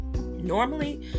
Normally